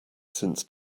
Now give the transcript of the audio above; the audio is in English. since